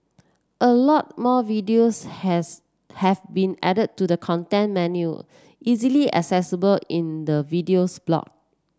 a lot more videos has have been added to the content menu easily accessible in the Videos block